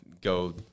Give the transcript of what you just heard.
go